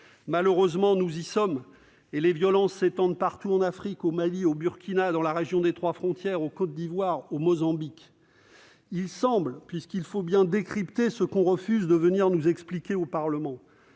Malheureusement, nous y sommes ; les violences s'étendent partout en Afrique- au Mali, au Burkina Faso, dans la région des trois frontières, en Côte d'Ivoire ou encore au Mozambique. Puisqu'il faut bien décrypter ce que l'on refuse de venir nous expliquer au Parlement,